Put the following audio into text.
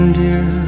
dear